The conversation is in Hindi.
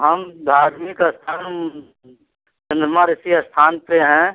हम धार्मिक स्थान चन्द्रमा ऋषि स्थान पर हैं